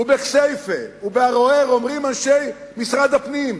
ובכסייפה, ובערוער, אומרים אנשי משרד הפנים: